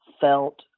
felt